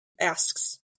asks